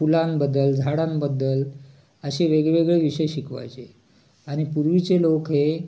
फुलांबद्दल झाडांबद्दल असे वेगवेगळे विषय शिकवायचे आणि पूर्वीचे लोक हे